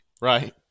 right